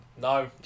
No